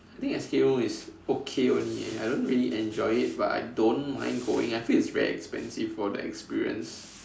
I think escape room is okay only eh I don't really enjoy it but I don't mind going I feel it's very expensive for the experience